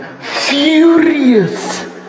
furious